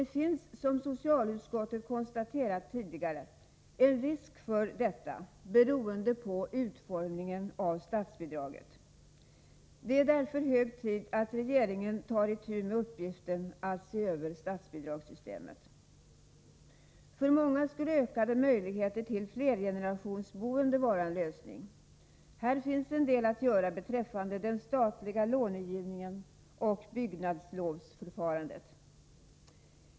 Det finns som socialutskottet tidigare konstaterat en risk härför, beroende på utformningen av statsbidraget. Det är därför hög tid att regeringen tar itu med uppgiften att se över statsbidragssystemet. För många skulle ökade möjligheter till flergenerationsboende vara en lösning. Här finns en del att göra beträffande den statliga lånegivningen och byggnadslovsförfarandet.